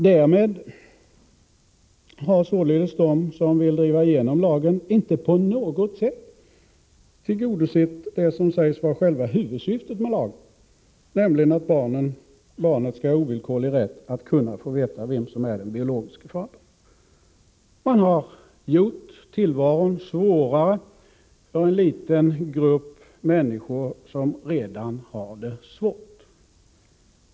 Därmed har således de som vill driva igenom lagen inte på något sätt tillgodosett det som sägs vara själva huvudsyftet med lagen, nämligen att barnet skall ha ovillkorlig rätt att kunna få veta vem som är den biologiske fadern. Man gör tillvaron svårare för en liten grupp människor som redan har det svårt.